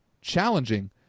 challenging